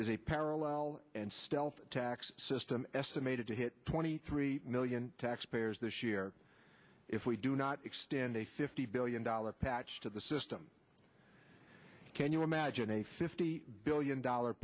is a parallel and stealth tax system estimated to hit twenty three million taxpayers this year if we do not extend a fifty billion dollar patch to the system can you imagine a fifty billion dollar